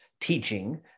teaching